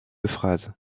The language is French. phrases